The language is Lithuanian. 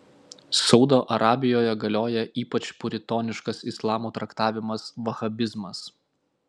saudo arabijoje galioja ypač puritoniškas islamo traktavimas vahabizmas